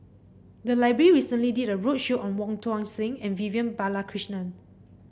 the library recently did a roadshow on Wong Tuang Seng and Vivian Balakrishnan